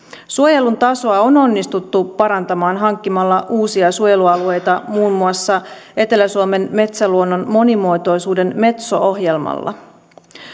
suojelun tasoa on onnistuttu parantamaan hankkimalla uusia suojelualueita muun muassa etelä suomen metsäluonnon monimuotoisuuden metso ohjelmalla